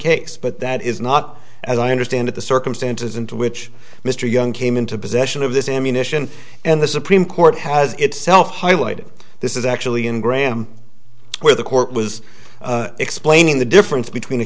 case but that is not as i understand it the circumstances into which mr young came into possession of this ammunition and the supreme court has itself highlighted this is actually in graham where the court was explaining the difference between